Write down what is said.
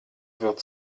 wird